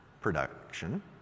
production